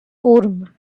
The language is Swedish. orm